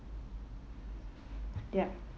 ya